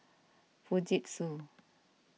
Fujitsu